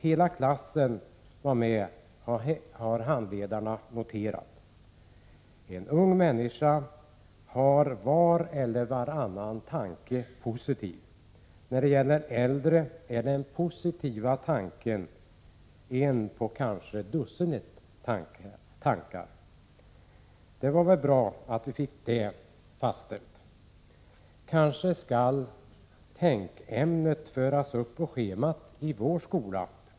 Hela klassen var med, har handledarna noterat. En ung människa har var eller varannan tanke positiv. När det gäller äldre är den positiva tanken en på kanske dussinet tankar. Det var bra att vi fick detta fastställt. Kanske skall ”tänk”-ämnet föras upp på schemat i vår skola?